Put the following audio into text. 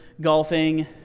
golfing